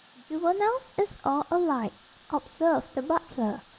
juveniles is all alike observed the butler,